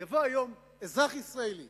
יבוא היום אזרח ישראלי